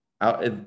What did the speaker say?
out